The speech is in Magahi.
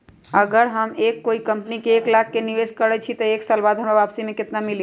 अगर हम कोई कंपनी में एक लाख के निवेस करईछी त एक साल बाद हमरा वापसी में केतना मिली?